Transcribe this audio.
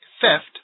theft